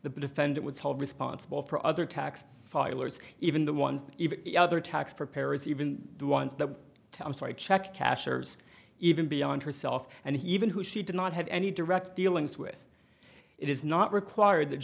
the defendant was held responsible for other tax filers even the ones even other tax preparers even the ones that i'm sorry check cashers even beyond herself and even who she did not have any direct dealings with it is not required that